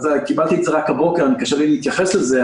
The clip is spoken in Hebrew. קיבלתי את זה רק הבוקר וקשה לי להתייחס לזה,